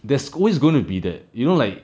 there's always going to be that you know like